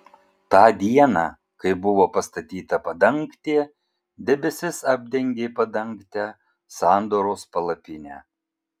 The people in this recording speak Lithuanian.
tą dieną kai buvo pastatyta padangtė debesis apdengė padangtę sandoros palapinę